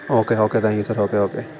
okay okay thank you sir okay okay